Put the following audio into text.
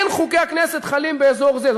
אין חוקי הכנסת חלים באזור זה.